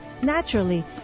Naturally